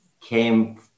came